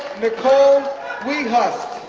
nicole wehust,